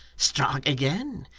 strike again.